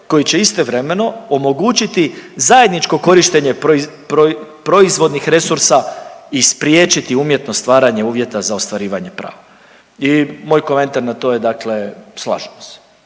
koji će istovremeno omogućiti zajedničko korištenje proizvodnih resursa i spriječiti umjetno stvaranje uvjeta za ostvarivanje prava. I moj komentar na to je dakle slažemo se.